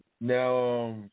Now